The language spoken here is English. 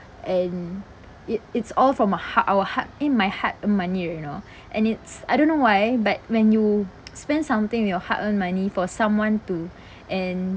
and it it's all from a hard our hard eh my hard-earned money you know and it's I don't know why but when you spend something with your hard-earned money for someone to and